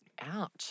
out